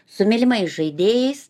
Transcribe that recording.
su mylimais žaidėjais